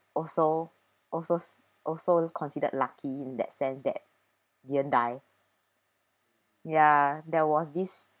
also also also considered lucky in that sense that didn't die ya there was this